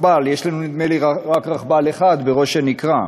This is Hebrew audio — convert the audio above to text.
יש לנו, נדמה לי, רק רכבל אחד, בראש-הנקרה.